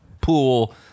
pool